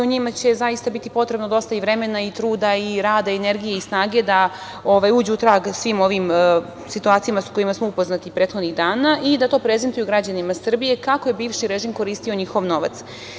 Njima će biti potrebno dosta vremena i truda i rada i energije i snage da uđu u trag svim ovim situacijama sa kojima smo upoznati prethodnih dana i da to prezentuju građanima Srbije kako je bivši režim koristio njihov novac.